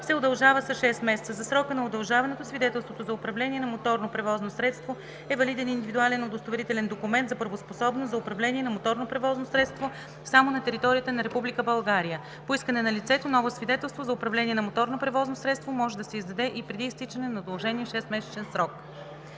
се удължава с 6 месеца. За срока на удължаването свидетелството за управление на моторно превозно средство е валиден индивидуален удостоверителен документ за правоспособност за управление на моторно превозно средство само на територията на Република България. По искане на лицето ново свидетелство за управление на моторно превозно средство може да се издаде и преди изтичане на удължения 6 месечен срок.“